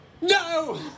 No